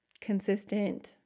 consistent